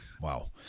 Wow